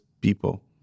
people